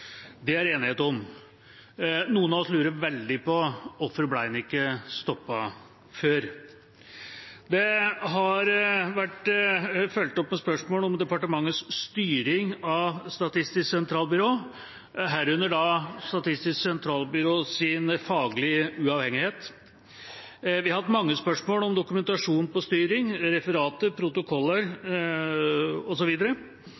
Det er det enighet om. Noen av oss lurer veldig på hvorfor den ikke ble stoppet før. Det har vært fulgt opp med spørsmål om departementets styring av Statistisk sentralbyrå, herunder Statistisk sentralbyrås faglige uavhengighet. Vi har hatt mange spørsmål om dokumentasjon på styring, referater, protokoller